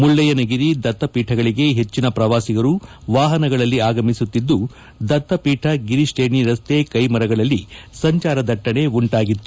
ಮುಳ್ಳಯ್ಯನಗಿರಿ ದತ್ತ ಪೀಠಗಳಿಗೆ ಹೆಚ್ಚಿನ ಪ್ರವಾಸಿಗರು ವಾಹನಗಳಲ್ಲಿ ಆಗಮಿಸುತ್ತಿದ್ದು ದತ್ತ ಪೀಠ ಗಿರಿ ಶ್ರೇಣಿ ರನ್ತೆ ಕೈ ಮರಗಳಲ್ಲಿ ಸಂಜಾರ ದಟ್ಟಣೆ ಉಂಟಾಗಿತ್ತು